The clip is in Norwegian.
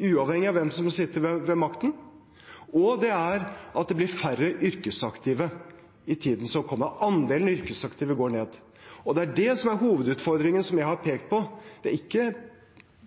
uavhengig av hvem som sitter ved makten, og det tredje er at det blir færre yrkesaktive i tiden som kommer, at andelen yrkesaktive går ned. Det er det som er hovedutfordringen jeg har pekt på, det er ikke